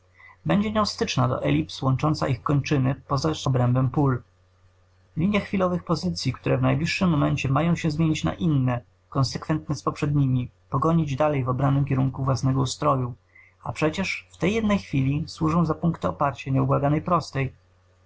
będzie nią styczna do elips łącząca ich kończyny poza obrębem pól linia chwilowych pozycyi które w najbliższym momencie mają się zmienić na inne konsekwentne z poprzedniemi pogonić dalej w obranym kierunku własnego ustroju a przecież w tej jednej chwili służą za punkty oparcia nieubłaganej prostej